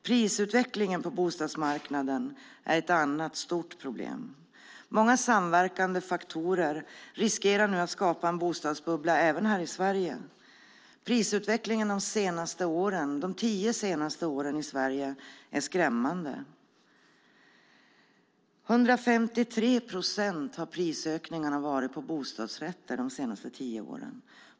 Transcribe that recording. Prisutvecklingen på bostadsmarknaden är ett annat stort problem. Många samverkande faktorer riskerar nu att skapa en bostadsbubbla även här i Sverige. Prisutvecklingen på bostäder är skrämmande. Prisökningen på bostadsrätter har varit 153 procent de senaste tio åren.